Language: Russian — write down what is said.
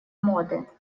моды